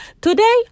today